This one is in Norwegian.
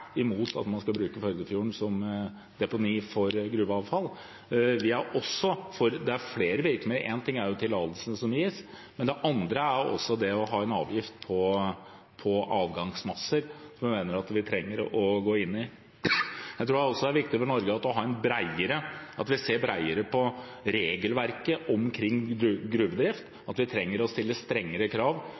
imot at man skal bruke Førdefjorden som deponi for gruveavfall. Det er flere virkemidler. Én ting er tillatelsene som gis, men noe annet er å ha en avgift på avgangsmasser, noe jeg mener at vi trenger å gå inn på. Jeg tror også det er viktig for Norge at vi ser bredere på regelverket omkring gruvedrift, og at vi trenger å stille strengere krav